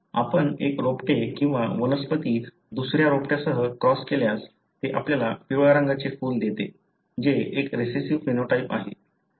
आपण एक रोपटे किंवा वनस्पती दुसऱ्या रोपट्यासह क्रॉस केल्यास ते आपल्याला पिवळ्या रंगाचे फूल देते जे एक रिसेसिव्ह फेनोटाइप आहे